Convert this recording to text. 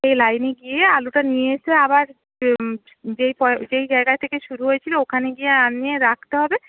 সেই লাইনে গিয়ে আলুটা নিয়ে এসে আবার যেই যেই জায়গা থেকে শুরু হয়েছিল ওখানে গিয়ে নিয়ে রাখতে হবে